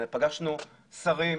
פגשנו שרים,